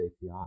API